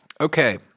Okay